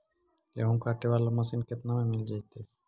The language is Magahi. गेहूं काटे बाला मशीन केतना में मिल जइतै?